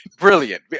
brilliant